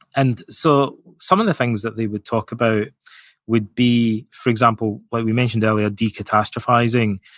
and so some of the things that they would talk about would be, for example, what we mentioned earlier, decatastrophizing.